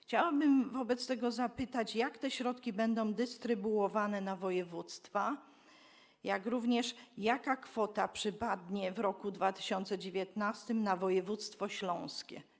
Chciałabym wobec tego zapytać: Jak te środki będą dystrybuowane na województwa oraz jaka kwota przypadnie w 2019 r. na województwo śląskie?